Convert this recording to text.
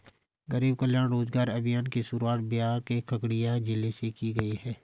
गरीब कल्याण रोजगार अभियान की शुरुआत बिहार के खगड़िया जिले से की गयी है